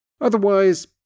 Otherwise